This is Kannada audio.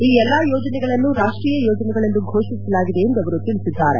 ಈ ಎಲ್ಲಾ ಯೋಜನೆಗಳನ್ನು ರಾಷ್ವೀಯ ಯೋಜನೆಗಳೆಂದು ಘೋಷಿಸಲಾಗಿದೆ ಎಂದು ಅವರು ತಿಳಿಸಿದ್ದಾರೆ